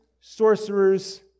sorcerers